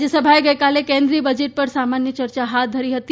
રાજ્યસભાએ ગઈકાલે કેન્દ્રીય બજેટ પર સામાન્ય યર્ચા હાથ ધરી હતી